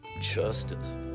justice